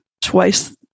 twice